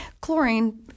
chlorine